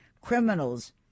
Criminals